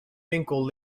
winkel